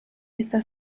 esta